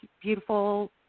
beautiful